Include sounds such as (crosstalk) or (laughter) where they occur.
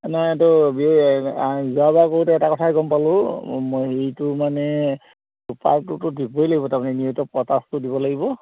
নহয় এইটো যোৱাবাৰ কৰোঁতে এটা কথাই গম পালোঁ হেৰিটো মানে (unintelligible) দিবই লাগিব তাৰমানে (unintelligible) পটাচটো দিব লাগিব